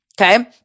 Okay